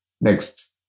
Next